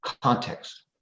Context